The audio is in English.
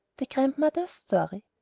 the grandmother's story. a